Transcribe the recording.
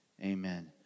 amen